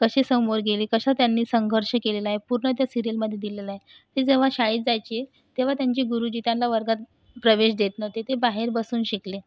कसे समोर गेले कसे त्यांनी संघर्ष केलेला आहे पूर्ण त्या सीरिअलमध्ये दिलेलं आहे ते जेव्हा शाळेत जायचे तेव्हा त्यांचे गुरुजी त्यांना वर्गात प्रवेश देत नव्हते ते बाहेर बसून शिकले